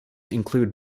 include